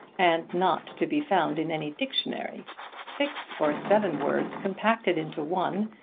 and not to be found in any dictionary six or seven words compacted into one,